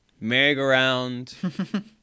merry-go-round